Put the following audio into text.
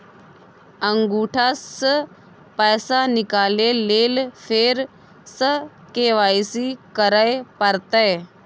अंगूठा स पैसा निकाले लेल फेर स के.वाई.सी करै परतै?